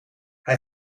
hij